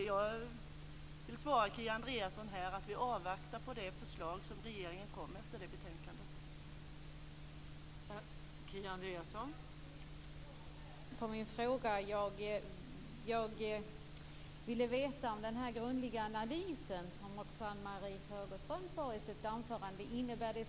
Jag vill ge Kia Andreasson svaret att vi avvaktar det förslag som regeringen efter det betänkandet kommer med.